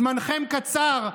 זמנכם קצר.